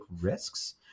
risks